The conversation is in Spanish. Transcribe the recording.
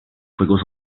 juegos